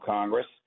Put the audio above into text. Congress